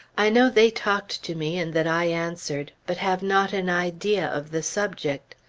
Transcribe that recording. i know they talked to me, and that i answered but have not an idea of the subject.